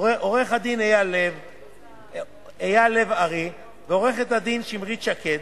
עורך-דין אייל לב-ארי ועורכת-דין שמרית שקד,